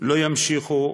לא ימשיכו,